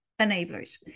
enablers